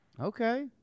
Okay